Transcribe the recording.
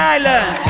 Island